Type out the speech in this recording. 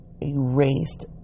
erased